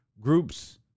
Groups